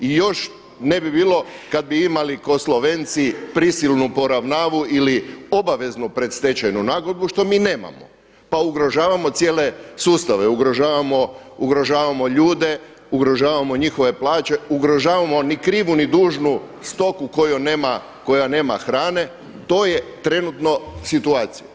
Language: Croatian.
I još ne bi bilo kada bi imali ko Slovenci prisilnu poravnavu ili obaveznu predstečajnu nagodbu, što mi nemamo, pa ugrožavamo cijele sustave, ugrožavamo ljude, ugrožavamo njihove plaće, ugrožavamo ni krivu ni dužnu stoku koja nema hrane, to je trenutna situacija.